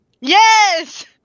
Yes